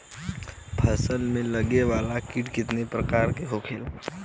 फसल में लगे वाला कीट कितने प्रकार के होखेला?